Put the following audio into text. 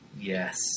Yes